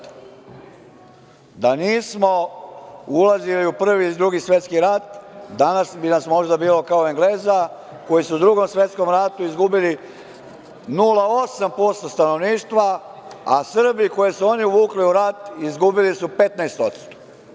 Da nismo ulazili u Prvi i Drugi svetski rat danas bi nas možda bilo kao Engleza, koji su u Drugom svetskom ratu izgubili 0,8% stanovništva, a Srbi, koji su oni uvukli u rat, izgubili su 15%